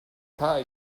the